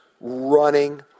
running